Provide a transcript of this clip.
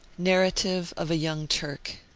narrative of a young turk.